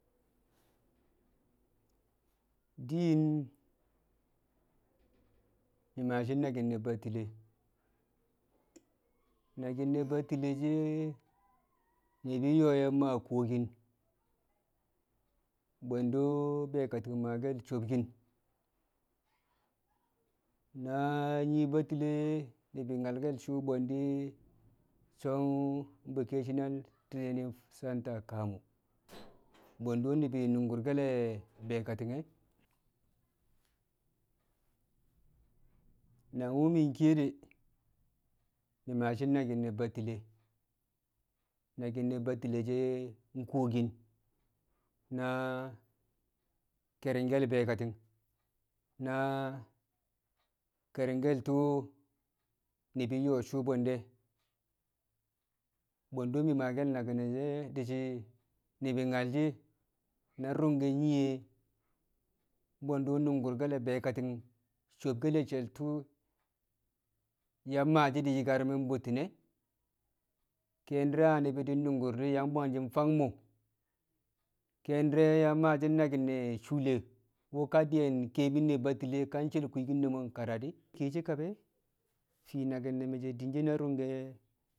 Di̱n mi̱ maashi̱ naki̱n ne̱ Batile̱, nakin ne̱ Batile she̱ ni̱bi̱ yo̱o̱ ye̱ maa kuwokin bwe̱ndṵ be̱e̱ kati̱n maakel sobkin na nyii Batile ni̱bi̱ nyalke̱l suṵ bwe̱ndi so̱ "Vocational Training Centre Kamo" Bwe̱ndi̱ ni̱bi̱ nṵngkṵrke̱l be̱e̱ kati̱nge̱. Na mi̱ kiye de, mi̱ maashi̱ naki̱n ne̱ Batile, naki̱n ne̱ Batile she̱ kuwokin na ke̱ringke̱l be̱e̱ katin na keringke̱l tṵṵ ni̱bi̱ nyo̱o̱ suu bwe̱nde, bwe̱ndu̱ mi̱ maake̱l nakin she̱ di̱shi̱ ni̱bi̱ nyal shi̱ na rṵngke̱ nyiye̱ mbwendu nṵngkurke̱l be̱e̱ kati̱ so̱bke̱l she̱l tu̱ṵ yang maashi̱ di̱ nyi̱karmi̱n bṵtti̱ne̱ kiyen di̱re̱ na ni̱bi̱ nṵngkṵr di yang bwang shi̱ fang muu, ki̱ye̱n di̱re yang maashi̱ naki̱n ne̱ shuule, wṵ ka di̱ye̱n ke̱e̱mi̱n ne̱ Batile ka she̱l kwiikin ne̱ mo̱ nkara di̱ ki̱ye̱ kabe̱ fii naki̱n ne̱ me̱ din she̱ na rungke̱.